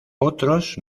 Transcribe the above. otros